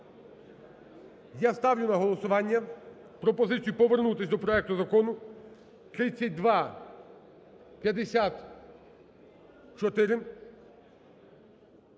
Я ставлю на голосування пропозицію повернутися до проекту Закону 3254.